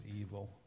evil